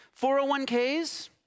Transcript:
401ks